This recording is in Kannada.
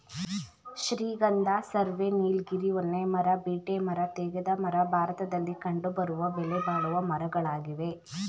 ಶ್ರೀಗಂಧ, ಸರ್ವೆ, ನೀಲಗಿರಿ, ಹೊನ್ನೆ ಮರ, ಬೀಟೆ ಮರ, ತೇಗದ ಮರ ಭಾರತದಲ್ಲಿ ಕಂಡುಬರುವ ಬೆಲೆಬಾಳುವ ಮರಗಳಾಗಿವೆ